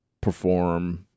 perform